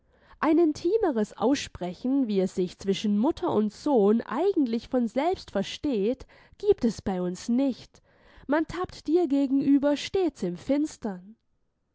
ein intimeres aussprechen wie es sich zwischen mutter und sohn eigentlich von selbst versteht gibt es bei uns nicht man tappt dir gegenüber stets im finstern